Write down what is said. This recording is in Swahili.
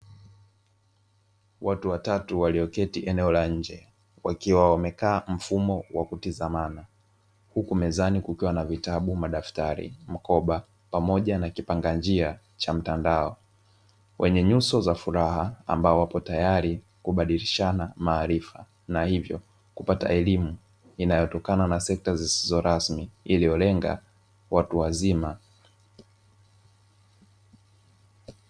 Watu watatu walioketi eneo la nje wakiwa wamekaa mfumo wa kutizamana, huku mezani kukiwa na vitabu, madaftari, mkoba pamoja na kipanga njia cha mtandao. Wenye nyuso za furaha ambao wapo tayari kubadilishana maarifa na hivyo kupata elimu inayotokana na sekta zisizo rasmi iliyolenga watu wazima.